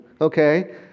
okay